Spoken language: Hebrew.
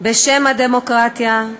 בשם הדמוקרטיה,